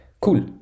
Cool